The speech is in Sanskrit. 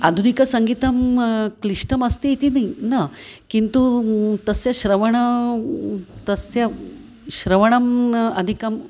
आधुनिकसङ्गीतं क्लिष्टमस्ति इति दिनं किन्तु तस्य श्रवणं तस्य श्रवणम् अधिकं